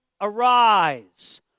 arise